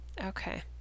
Okay